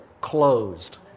Closed